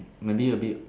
maybe a bit